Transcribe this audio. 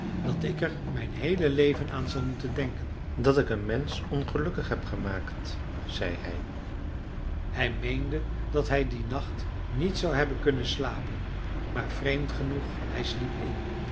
dat ik er mijn heele leven aan zal moeten denken dat ik een mensch ongelukkig heb gemaakt zei hij hij meende dat hij dien nacht niet zou hebben kunnen slapen maar vreemd genoeg hij sliep in